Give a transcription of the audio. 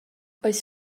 oes